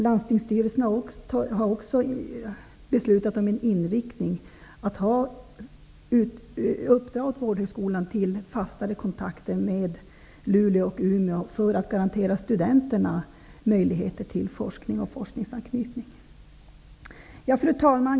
Landstingsstyrelsen har också beslutat om en inriktning och man vill uppdra åt Vårdhögskolan att ta fastare kontakter med Luleå och Umeå för att garantera studenterna möjligheter till forskning och forskningsanknytning. Fru talman!